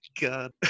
god